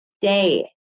day